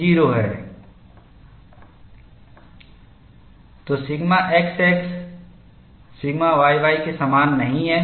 तो sigma xx sigma yy के समान नहीं है